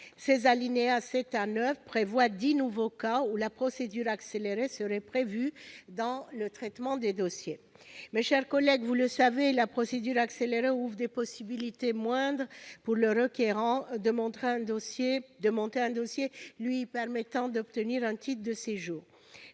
Ces alinéas 7 à 9 prévoient dix nouveaux cas pour lesquels la procédure accélérée serait prévue dans le traitement des dossiers. Mes chers collègues, vous le savez, la procédure accélérée ouvre des possibilités moindres pour le requérant de monter un dossier lui permettant d'obtenir un titre de séjour.